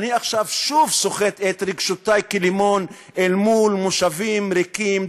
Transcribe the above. אני עכשיו שוב סוחט את רגשותי כלימון אל מול מושבים ריקים,